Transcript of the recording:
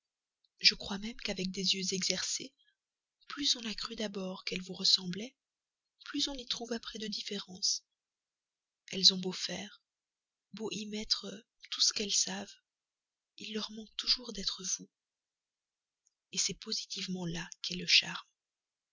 je crois même qu'avec des yeux exercés plus on a cru d'abord qu'elles vous ressemblaient plus on y trouve après de différence elles ont beau faire beau y mettre tout ce qu'elles savent il leur manque toujours d'être vous c'est positivement là qu'est le charme